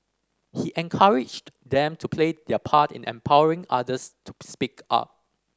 he encouraged them to play their part in empowering others to speak up